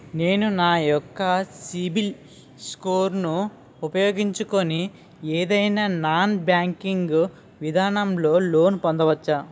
నేను నా యెక్క సిబిల్ స్కోర్ ను ఉపయోగించుకుని ఏదైనా నాన్ బ్యాంకింగ్ విధానం లొ లోన్ పొందవచ్చా?